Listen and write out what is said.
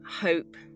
hope